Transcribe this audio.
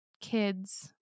kids